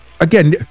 again